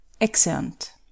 Excellent